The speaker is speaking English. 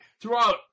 throughout